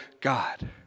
God